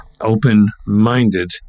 open-minded